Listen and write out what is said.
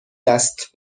دست